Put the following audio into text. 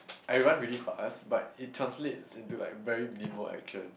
I run really fast but it translates into like very minimal action